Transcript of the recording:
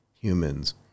humans